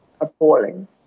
appalling